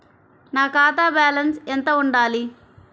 నా ఖాతా బ్యాలెన్స్ ఎంత ఉండాలి?